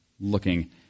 looking